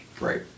Right